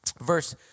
verse